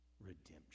redemption